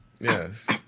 Yes